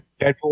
Deadpool